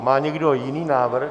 Má někdo jiný návrh?